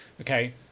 okay